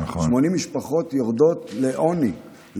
80 משפחות יורדות לעוני,